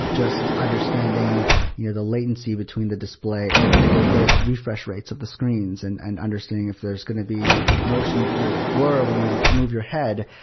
just understanding the latency between the display, you know the the various refresh rates of the screens and and understanding if there's going to be motion there's blur when you move your head.